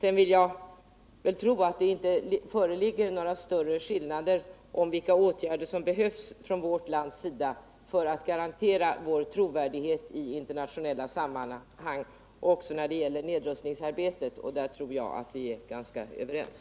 Jag vill vidare tro att det inte föreligger några större åsiktsskillnader i frågan om vilka svenska åtgärder som behövs för att garantera vår trovärdighet i internationella sammanhang när det gäller nedrustningsarbetet. På den punkten tror jag att vi är ganska överens.